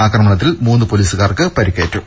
ആക്രമണത്തിൽ മൂന്ന് പൊലീസുകാർക്ക് പരിക്കേറ്റു